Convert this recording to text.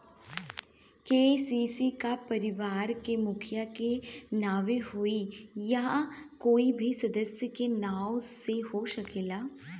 KCC का परिवार के मुखिया के नावे होई या कोई भी सदस्य के नाव से हो सकेला?